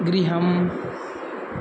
गृहम्